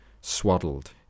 swaddled